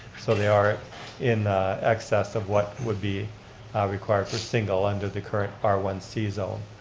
so they are in excess of what would be required for single under the current r one c zone.